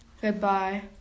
goodbye